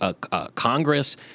Congress